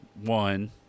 one